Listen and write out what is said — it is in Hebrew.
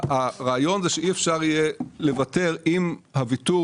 הרעיון זה שאי אפשר יהיה לוותר אם הוויתור